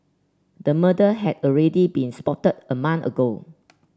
the murder had already been spotted a month ago